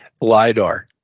LiDAR